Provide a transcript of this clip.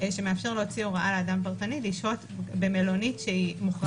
שמאפשר להוציא הוראה לאדם פרטני לשהות במלונית שהיא מוחרג לבית חולים.